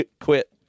quit